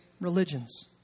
religions